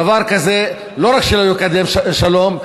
דבר כזה לא רק שלא מקדם שלום,